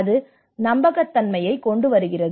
அது நம்பகத்தன்மையைக் கொண்டுவருகிறது